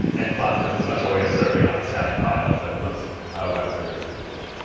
and flask has a special way of serving up static files that most web servers do as well.